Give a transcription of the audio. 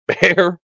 Bear